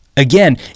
Again